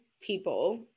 people